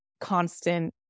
constant